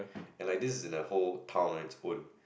and like this is in a whole town on it's own